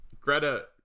Greta